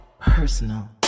personal